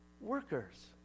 workers